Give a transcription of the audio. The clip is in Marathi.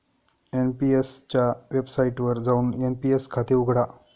एन.पी.एस च्या वेबसाइटवर जाऊन एन.पी.एस खाते उघडा